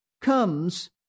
comes